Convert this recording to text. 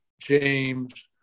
James